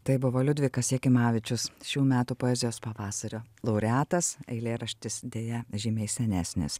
tai buvo liudvikas jakimavičius šių metų poezijos pavasario laureatas eilėraštis deja žymiai senesnis